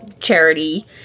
Charity